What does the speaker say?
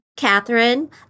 Catherine